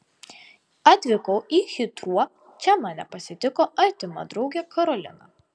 atvykau į hitrou čia mane pasitiko artima draugė karolina